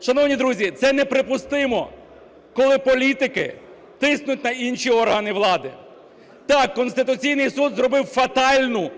Шановні друзі, це неприпустимо, коли політики тиснуть на інші органи влади. Так, Конституційний Суд зробив фатальну,